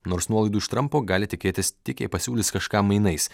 nors nuolaidų iš trampo gali tikėtis tik jei pasiūlys kažką mainais